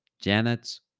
Janet's